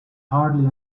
hardly